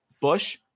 Bush